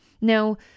Now